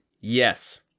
Yes